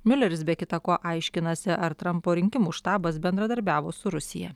miuleris be kita ko aiškinasi ar trampo rinkimų štabas bendradarbiavo su rusija